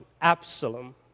Absalom